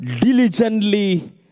diligently